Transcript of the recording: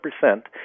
percent